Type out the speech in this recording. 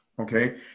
Okay